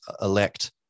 elect